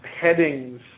headings